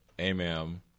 Amen